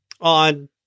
on